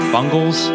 Bungles